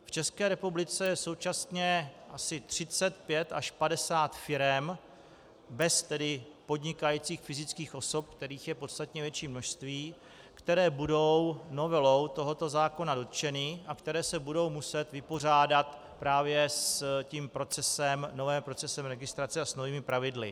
V České republice je současně asi 35 až 50 firem bez podnikajících fyzických osob, kterých je podstatně větší množství, které budou novelou tohoto zákona dotčeny a které se budou muset vypořádat právě s tím novým procesem registrace a s novými pravidly.